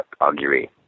augury